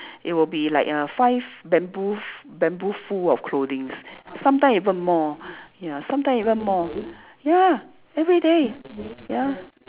it will be like a five bamboo bamboo full of clothings sometimes even more ya sometimes even more ya everyday ya